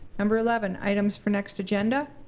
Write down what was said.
number eleven, items for next agenda.